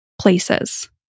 places